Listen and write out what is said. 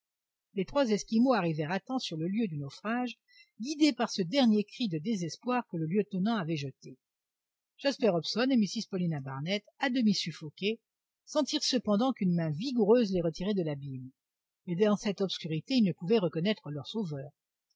les trois esquimaux arrivèrent à temps sur le lieu du naufrage guidés par ce dernier cri de désespoir que le lieutenant avait jeté jasper hobson et mrs paulina barnett à demi suffoqués sentirent cependant qu'une main vigoureuse les retirait de l'abîme mais dans cette obscurité ils ne pouvaient reconnaître leurs sauveurs